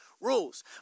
rules